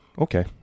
okay